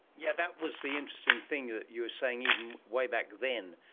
yeah that was the interesting thing that you were saying, even way back then,